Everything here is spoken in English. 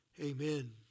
amen